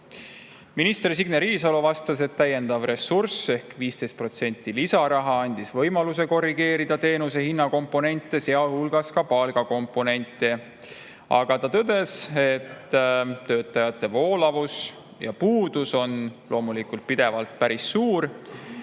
Minister Signe Riisalo vastas, et täiendav ressurss ehk 15% lisaraha andis võimaluse korrigeerida teenuse hinnakomponente, sealhulgas ka palgakomponenti. Aga ta tõdes, et töötajate voolavus ja puudus on loomulikult pidevalt päris suur.